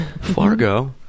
Fargo